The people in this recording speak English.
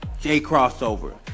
J-Crossover